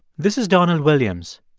this is donald williams.